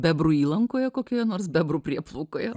bebrų įlankoje kokioje nors bebrų prieplaukoje